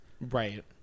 Right